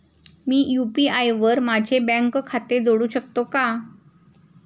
मी UPI वर माझे bank खाते जोडू शकतो का?